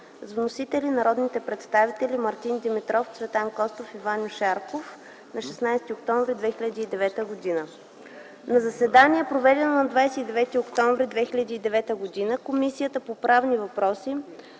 вносители народните представители Мартин Димитров, Цветан Костов и Ваньо Шарков на 16 октомври 2009 г. На заседание, проведено на 29 октомври 2009 г., Комисията по правни въпроси